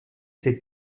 ses